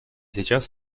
сейчас